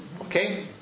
Okay